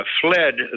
fled